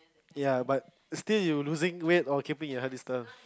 ya but still you losing weight or keeping your healthy stuff